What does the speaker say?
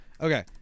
Okay